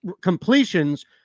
completions